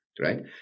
right